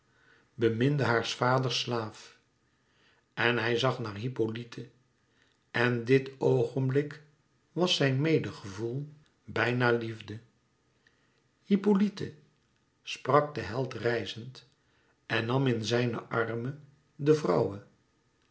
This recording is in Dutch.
beminde haars vaders slaaf en hij zag naar hippolyte en dit oogenblik was zijn medegevoel bijna liefde hippolyte sprak de held rijzend en nam in zijne armen de vrouwe